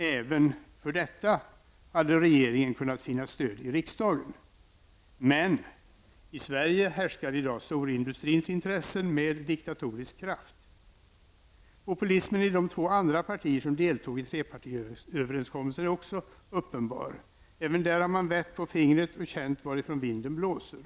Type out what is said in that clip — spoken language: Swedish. Även för detta hade regeringen kunnat finna stöd i riksdagen. Men i Sverige härskar i dag storindustrins intressen med diktatorisk kraft. Populismen i de två andra partier som deltog i trepartiöverenskommelsen är också uppenbar. Även där har man vätt på fingret och känt varifrån vinden blåser.